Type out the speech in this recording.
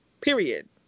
period